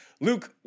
Luke